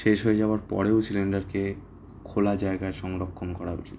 শেষ হয়ে যাওয়ার পরেও সিলিন্ডারকে খোলা জায়গায় সংরক্ষণ করা উচিত